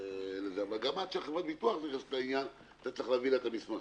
אבל גם עד שחברת הביטוח נכנסת לעניין צריך להביא לה את המסמכים.